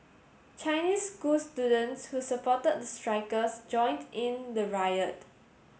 Chinese school students who supported the strikers joined in the riot